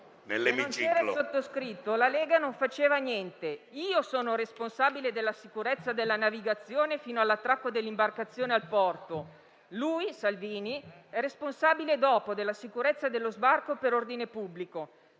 la Lega non faceva niente. (...) Io sono responsabile della sicurezza della navigazione, fino all'attracco dell'imbarcazione al porto. Lui» cioè Salvini «è responsabile dopo, per la sicurezza dello sbarco e l'ordine pubblico.